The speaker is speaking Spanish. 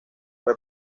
fue